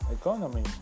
economy